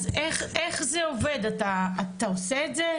אז איך זה עובד אתה עושה את זה?